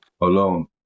alone